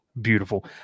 beautiful